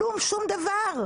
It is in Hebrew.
כלום, שום דבר.